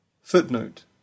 footnote